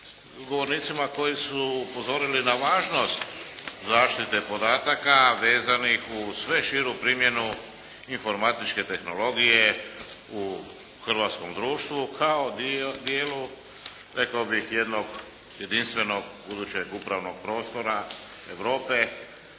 govornicima koji su upozorili na važnost zaštite podataka vezanih uz sve širu primjenu informatičke tehnologije u hrvatskom društvu kao dijelu rekao bih jednog jedinstvenog budućeg upravnog prostora Europe,